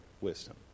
wisdom